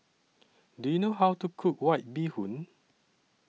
Do YOU know How to Cook White Bee Hoon